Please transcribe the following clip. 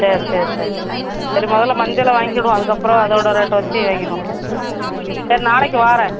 சரி சரி சரி சரி முதல்ல மஞ்சளை வாங்கிடுவோம் அதுக்கு அப்புறம் அதோடு ரேட்டை வச்சு வாங்கிடுவோம் சரி நாளைக்கு வரேன்